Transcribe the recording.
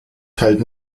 teilt